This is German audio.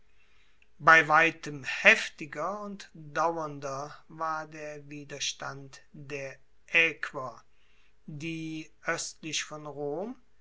bei weitem heftiger und dauernder war der widerstand der aequer die oestlich von rom